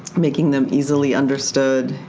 making them easily understood.